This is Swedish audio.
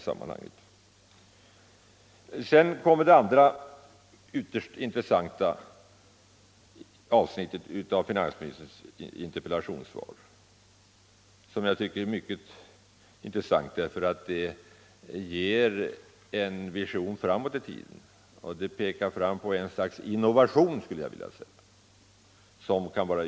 Sedan kommer det andra ytterst intressanta avsnittet av finansministerns interpellationssvar — intressant därför att det ger en vision framåt i tiden och pekar mot ett slags innovation.